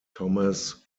thomas